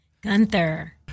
Gunther